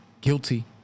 guilty